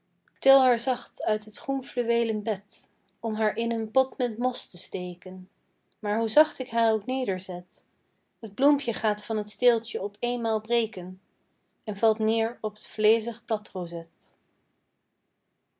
til haar zacht uit t groen fluweelen bed om haar in een pot met mos te steken maar hoe zacht ik haar ook nederzet t bloempje gaat van t steeltje op eenmaal breken en valt neer op t vleezig bladrozet